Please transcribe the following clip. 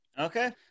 Okay